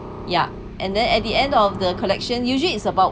ya and then at the end of the collection usually is about